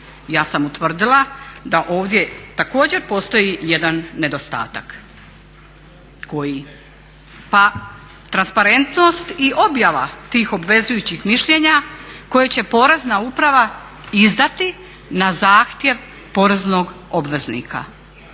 ja sam utvrdila da ovdje također postoji jedan nedostatak. Koji? Pa transparentnost i objava tih obvezujućih mišljenja koje će Porezna uprava izdati na zahtjev poreznog obveznika.